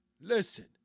listen